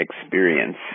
experience